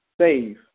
save